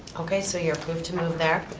okay, so you're approved to move there.